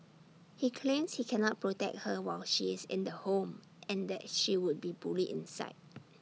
he claims he cannot protect her while she is in the home and that she would be bullied inside